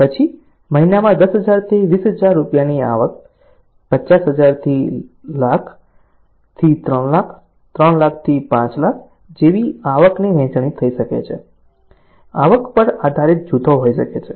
પછી મહિનામાં 10000 થી 20000 રૂપિયાની આવક 50000 થી 100000 થી 300000 300000 થી 500000 જેવી આવકની વહેંચણી થઈ શકે છે આવક પર આધારિત જૂથો હોઈ શકે છે